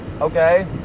okay